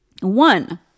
One